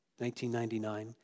1999